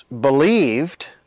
believed